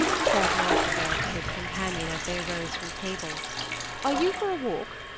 said montraville to his companion, as they arose from table are you for a walk?